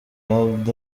ubald